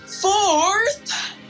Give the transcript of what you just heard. fourth